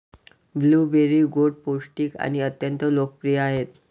blueberry गोड, पौष्टिक आणि अत्यंत लोकप्रिय आहेत